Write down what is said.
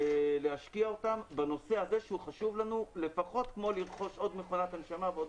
להשקיע אותם בנושא הזה שהוא חשוב לנו לפחות כמו לרכוש עוד מכונת הנשמה ועוד